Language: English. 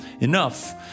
enough